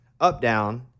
up-down